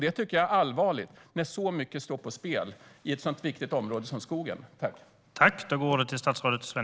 Det tycker jag är allvarligt när så mycket står på spel i ett sådant viktigt område som skogen.